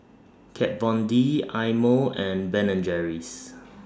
Kat Von D Eye Mo and Ben and Jerry's